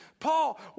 Paul